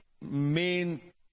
main